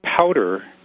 powder